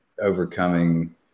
overcoming